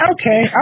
Okay